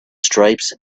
stripes